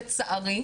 לצערי,